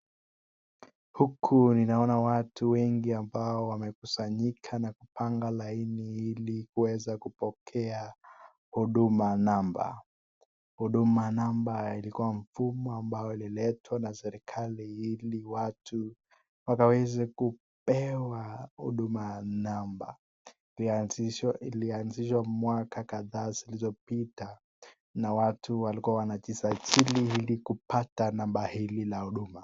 Huku ninaona watu wengi ambao wamekusanyika na kupanga laini ili kuweza kupokea huduma namba. Huduma namba ilikuwa mfumo ambao ulioletwa na serikali ili watu waweze kupewa huduma namba. Ilianzishwa mwaka kadhaa ziliyopita na watu walikuwa wanajisajili ili kupata namba hili la huduma.